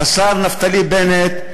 השר נפתלי בנט,